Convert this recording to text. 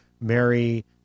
Mary